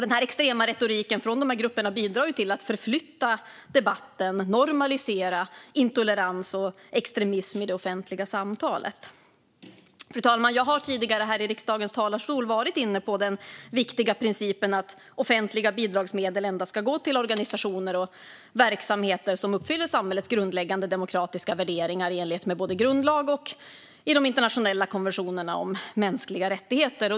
Den extrema retoriken från de här grupperna bidrar till att förflytta debatten och normalisera intolerans och extremism i det offentliga samtalet. Fru talman! Jag har tidigare här i riksdagens talarstol varit inne på den viktiga principen att offentliga bidragsmedel endast ska gå till organisationer och verksamheter som uppfyller samhällets grundläggande demokratiska värderingar i enlighet med både grundlagen och de internationella konventionerna om mänskliga rättigheter.